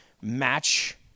match